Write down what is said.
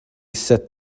set